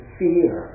fear